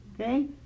okay